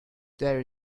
there